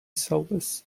soulless